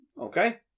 Okay